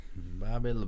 Bobby